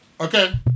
Okay